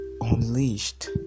unleashed